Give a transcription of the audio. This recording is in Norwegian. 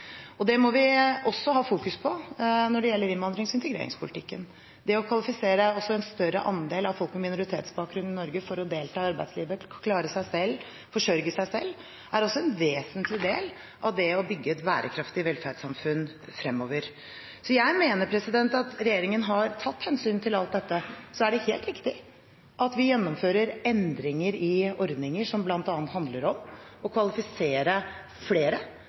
Det må vi også ha fokus på når det gjelder innvandrings- og integreringspolitikken. Det å kvalifisere en større andel av folk med minoritetsbakgrunn i Norge for å delta i arbeidslivet, klare seg selv, forsørge seg selv, er også en vesentlig del av det å bygge et bærekraftig velferdssamfunn fremover. Jeg mener at regjeringen har tatt hensyn til alt dette. Så er det helt riktig at vi gjennomfører endringer i ordninger som bl.a. handler om å kvalifisere flere